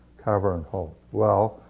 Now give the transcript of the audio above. cover, and hold? well,